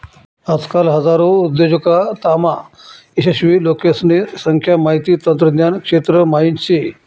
आजकाल हजारो उद्योजकतामा यशस्वी लोकेसने संख्या माहिती तंत्रज्ञान क्षेत्रा म्हाईन शे